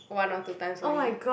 one or two times only